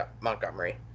Montgomery